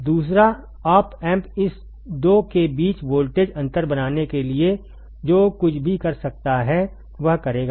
दूसरा op -amp इस दो के बीच वोल्टेज अंतर बनाने के लिए जो कुछ भी कर सकता है वह करेगा